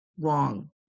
wrong